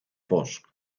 fosc